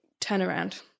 turnaround